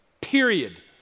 period